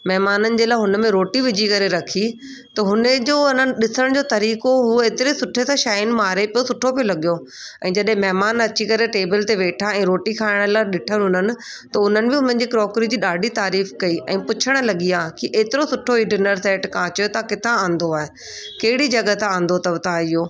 महिमाननि जे लाइ हुन में रोटी विझी करे रखी त हुन जो एन ॾिसण जो तरीक़ो हुओ एतिरे सुठे सां शाईन मारे पियो सुठो पिए लॻियो ऐं जॾहिं महिमान अची करे टेबल ते वेठा रोटी खाइण लाइ ॾिठनि उन्हनि त उन्हनि बि मुंहिंजी क्रोकरी जी ॾाढी तारीफ़ कई ऐं पुछणु लॻी विया त एतिरो सुठो हीउ डिनर सेट कांच जो तव्हां किथां आंदो आहे कहिड़ी जॻहि तां आंदो अथव तव्हां इहो